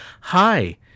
Hi